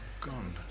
gone